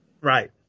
Right